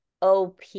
OP